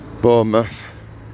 Bournemouth